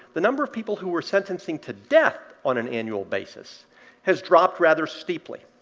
the number of people who we're sentencing to death on an annual basis has dropped rather steeply.